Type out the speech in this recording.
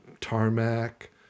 tarmac